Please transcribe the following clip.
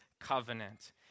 covenant